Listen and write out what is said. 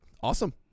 Awesome